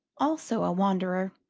also a wanderer,